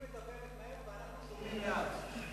היא מדברת מהר, ואנחנו שומעים לאט.